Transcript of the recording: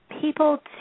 people